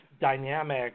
dynamic